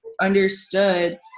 understood